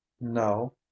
No